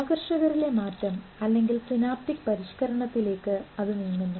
ആകർഷകരിലെ മാറ്റം അല്ലെങ്കിൽ സിനാപ്റ്റിക് പരിഷ്കരണത്തെലേക്ക് അത് നീങ്ങുന്നു